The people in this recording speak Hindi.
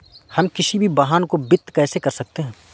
हम किसी भी वाहन को वित्त कैसे कर सकते हैं?